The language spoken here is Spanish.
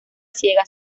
ciega